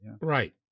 Right